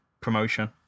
promotion